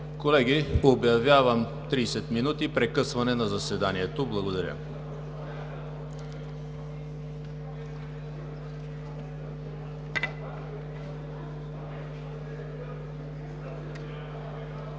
Колеги, обявявам 30 минути прекъсване на заседанието. Благодаря.